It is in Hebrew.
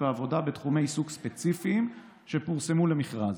העבודה בתחומי עיסוק ספציפיים שפורסמו למכרז,